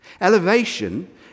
Elevation